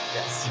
Yes